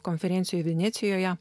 konferenciją venecijoje